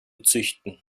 züchten